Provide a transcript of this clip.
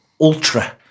ultra-